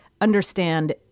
understand